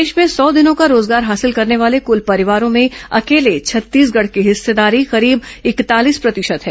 देश में सौ दिनों का रोजगार हासिल करने वाले कुल परिवारों में अकेले छत्तीसगढ़ की हिस्सेदारी करीब इकतालीस प्रतिशत है